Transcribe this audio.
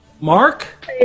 Mark